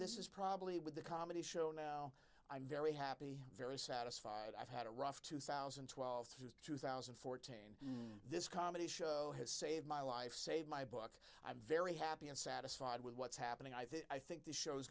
this is probably with the comedy show now i'm very happy very satisfied i've had a rough two thousand and twelve to two thousand and fourteen this comedy show has saved my life save my book i'm very happy and satisfied with what's happening i think the show